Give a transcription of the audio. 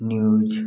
news